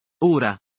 Ora